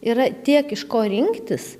yra tiek iš ko rinktis